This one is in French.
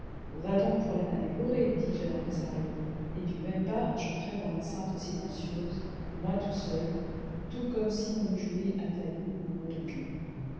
dit va donc pour l'âne à dévorer dis-je à l'imprésario et du même pas j'entrai dans l'enceinte silencieuse moi tout seul tout comme si on eût joué athalie ou